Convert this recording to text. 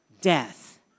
death